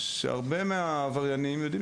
אנחנו נמצאים במציאות בה הרבה מהעבריינים יודעים